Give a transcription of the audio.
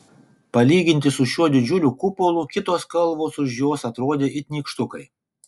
palyginti su šiuo didžiuliu kupolu kitos kalvos už jos atrodė it nykštukai